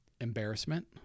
embarrassment